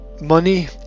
money